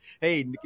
Hey